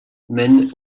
man